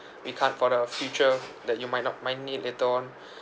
we can't for the future that you might not might need later on